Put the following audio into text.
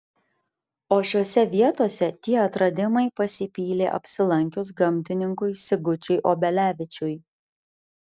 o šiose vietose tie atradimai pasipylė apsilankius gamtininkui sigučiui obelevičiui